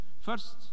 First